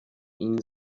ihn